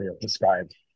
described